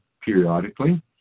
periodically